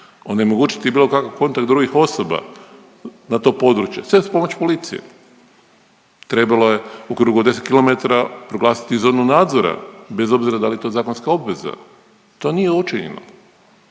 Onemogućiti bilo kakav kontakt drugih osoba na to područje, sve uz pomoć policije. Trebalo je u krugu od 10 km proglasiti zonu nadzora, bez obzira da li je to zakonska obveza. To nije učinjeno.